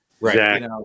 Right